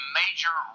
major